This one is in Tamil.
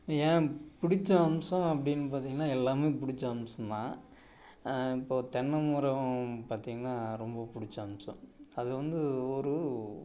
ஏன் பிடிச்ச அம்சம் அப்படின்னு பார்த்திங்கன்னா எல்லாமே பிடிச்ச அம்சம் தான் இப்போ தென்னைமரம் பார்த்திங்கன்னா ரொம்ப பிடிச்ச அம்சம் அது வந்து ஒரு